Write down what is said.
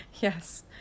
Yes